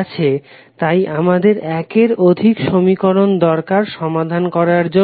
আছে তাই আমাদের একের অধিক সমীকরণ সরকাত সমাধান করার জন্য